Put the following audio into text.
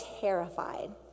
terrified